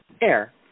AIR